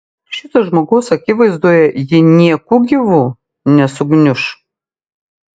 šito žmogaus akivaizdoje ji nieku gyvu nesugniuš